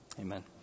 amen